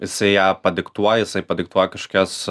jisai ją padiktuoja jisai padiktuoja kažkokias